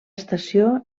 estació